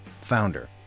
founder